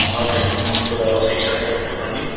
हा साईं ॿुधायो साईं छा शेवा कयां तव्हांजी